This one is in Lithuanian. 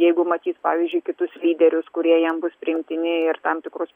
jeigu matys pavyzdžiui kitus lyderius kurie jam bus priimtini ir tam tikrus